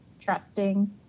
trusting